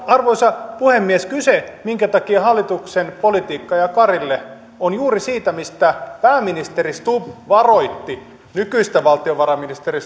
arvoisa puhemies siinä minkä takia hallituksen politiikka ajaa karille on kyse juuri siitä mistä pääministeri stubb varoitti nykyistä valtiovarainministeri